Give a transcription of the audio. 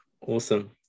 Awesome